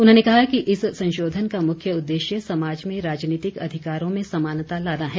उन्होंने कहा कि इस संशोधन का मुख्य उद्ेश्य समाज में राजनीतिक अधिकारों में समानता लाना है